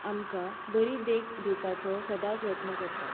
आमकां बरी देख दिवपाचो सदांच यत्न करतात